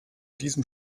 diesem